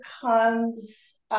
comes